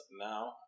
now